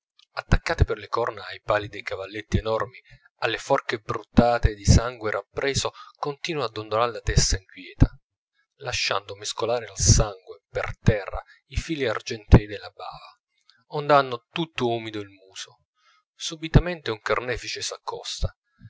attaccate per le corna ai pali dei cavalletti enormi alle forche bruttate di sangue rappreso continuano a dondolare la testa inquieta lasciando mescolare al sangue per terra i fili argentei della bava ond'hanno tutto umido il muso subitamente un carnefice s'accosta